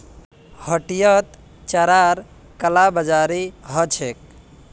हटियात चारार कालाबाजारी ह छेक